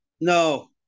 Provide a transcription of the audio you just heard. no